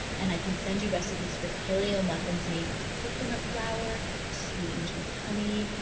and i can send you recipes for paleo muffins made with coconut flour sweetened with honey,